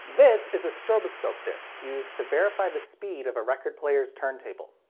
this is a stroboscope disc used to verify the speed of a record player's turntable.